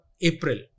April